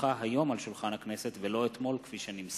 הונחה היום על שולחן הכנסת ולא אתמול, כפי שנמסר.